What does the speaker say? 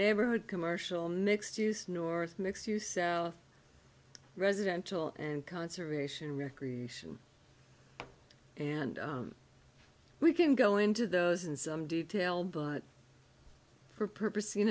neighborhood commercial mixed use north mix to south residential and conservation recreation and we can go into those in some detail but for purpose you